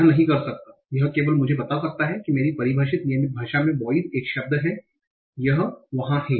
यह नहीं कर सकता है यह केवल मुझे बता सकता है कि मेरी परिभाषित नियमित भाषा में बोयस एक शब्द है यह वहाँ है